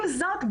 עם זאת,